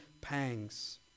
pangs